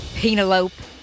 Penelope